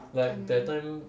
like that time